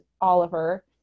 Oliver